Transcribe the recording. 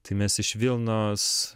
tai mes iš vilnos